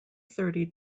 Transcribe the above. thirty